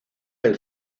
del